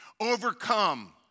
overcome